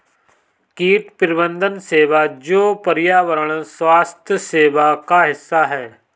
कीट प्रबंधन सेवा जो पर्यावरण स्वास्थ्य सेवा का हिस्सा है